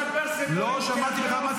כשמביאים לפה